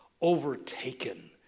overtaken